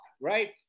right